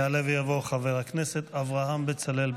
יעלה ויבוא חבר הכנסת אברהם בצלאל.